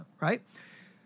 Right